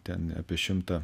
ten apie šimtą